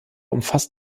umfasst